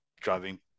driving